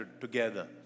together